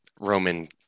Roman